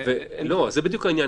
לא, זה בדיוק העניין.